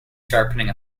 sharpening